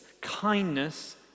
kindness